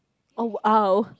oh